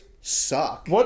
suck